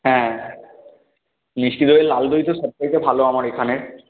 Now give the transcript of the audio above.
হ্যাঁ মিষ্টি দইয়ের লাল দই তো সব থেকে ভালো আমার এখানের